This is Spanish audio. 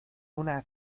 una